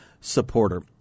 supporter